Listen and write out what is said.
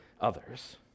others